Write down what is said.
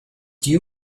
due